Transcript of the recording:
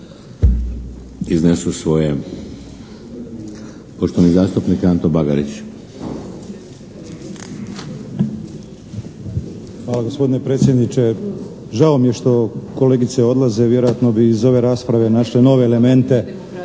iznesu svoje. Poštovani zastupnik Anto Bagarić. **Bagarić, Anto (HDZ)** Hvala gospodine predsjedniče. Žao mi je što kolegice odlaze, vjerojatno bi iz ove rasprave našle nove elemente